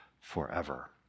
forever